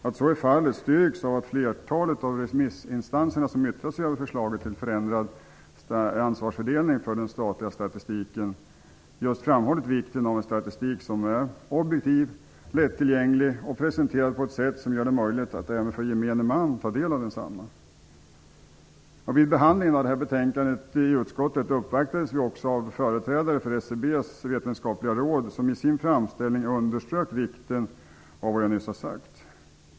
Att så är fallet styrks av att flertalet av remissinstanserna som yttrat sig över förslaget till förändrad ansvarsfördelning för den statliga statistiken just framhållit vikten av en statistik som är objektiv, lättillgänglig och presenterad på ett sätt som gör det möjligt även för gemene man att ta del av densamma. Vid behandlingen av det här betänkandet i utskottet uppvaktades vi också av företrädare för SCB:s vetenskapliga råd, som i sin framställning underströk vikten av vad jag nyss har sagt.